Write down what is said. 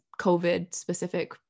COVID-specific